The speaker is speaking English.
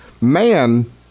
Man